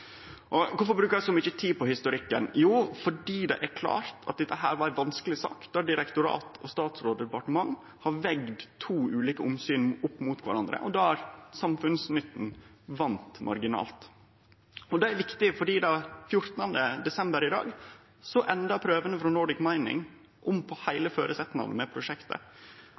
så mykje tid på historikken? Jo, fordi det er klart at dette har vore ei vanskeleg sak, der direktorat, statsråd og departement har vege to ulike omsyn opp mot kvarandre, og der samfunnsnytten vann marginalt. Og det er viktig, for 14. desember snudde prøvene frå Nordic Mining om på heile føresetnaden for prosjektet.